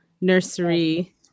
nursery